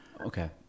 Okay